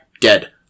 dead